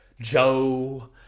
Joe